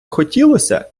хотілося